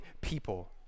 people